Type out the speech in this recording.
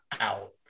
out